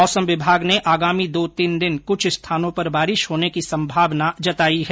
मौसम विभाग ने आगामी दो तीन दिन कुछ स्थानों पर बारिश होने की संभावना जताई है